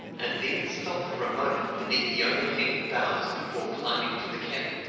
and then stopped for a moment beneath the overhanging boughs before climbing to the cabin.